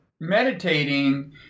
meditating